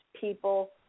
people